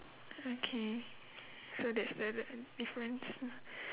okay so that's another difference